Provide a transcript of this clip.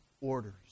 orders